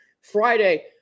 Friday